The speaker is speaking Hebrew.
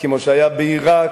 כמו שהיה בעירק,